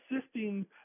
assisting